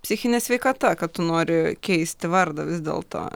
psichine sveikata kad tu nori keisti vardą vis dėlto